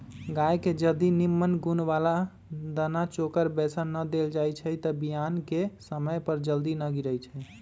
गाय के जदी निम्मन गुण बला दना चोकर बेसन न देल जाइ छइ तऽ बियान कें समय जर जल्दी न गिरइ छइ